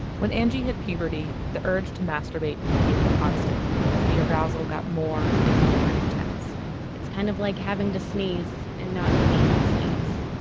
when angie hit puberty, puberty, the urge to masturbate became constant as the arousal got more and more intense it's kind of like having to sneeze and not being able to sneeze,